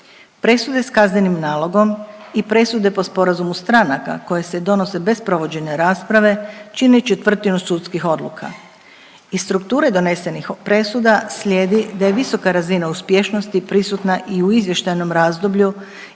Presude s kaznenim nalogom i presude po sporazumu stranaka koje se donose bez provođenja rasprave čine četvrtinu sudskih odluka. Iz strukture donesenih presuda slijedi da je visoka razina uspješnosti prisutna i u izvještajnom razdoblju